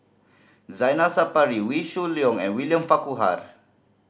Zaina Sapari Wee Shoo Leong and William Farquhar